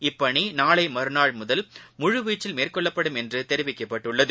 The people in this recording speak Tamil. இப்பணிநாளைமற்நாள் முதல் முழுவீச்சில் மேற்கொள்ளப்படும் என்றுதெரிவிக்கப்பட்டுள்ளது